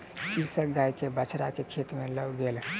कृषक गाय के बछड़ा के खेत में लअ गेल